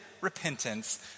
repentance